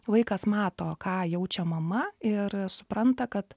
vaikas mato ką jaučia mama ir supranta kad